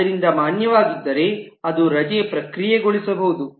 ಆದ್ದರಿಂದ ಮಾನ್ಯವಾಗಿದ್ದರೆ ಅದು ರಜೆ ಪ್ರಕ್ರಿಯೆಗೊಳಿಸಬಹುದು